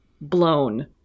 blown